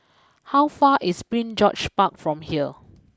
how far is Prince George Park from here